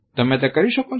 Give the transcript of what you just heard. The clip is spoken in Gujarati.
તમે તે કરી શકો છો